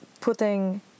putting